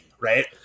right